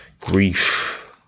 grief